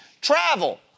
travel